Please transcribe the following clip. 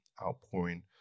outpouring